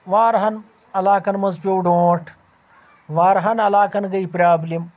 واریہَن علاقَن منٛز پیٚو ڈونٛٹھ واریہَن علاقن گٔیہِ پرٚابلِم